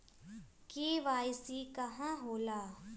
KYC का होला?